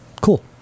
cool